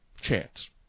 chance